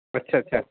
ਅੱਛਾ ਅੱਛਾ